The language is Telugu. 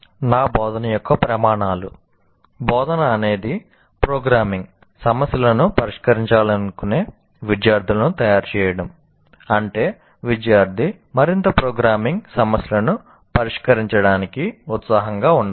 నా బోధన యొక్క ప్రమాణాలు బోధన అనేది ప్రోగ్రామింగ్ సమస్యలను పరిష్కరించడానికి ఉత్సాహంగా ఉండాలి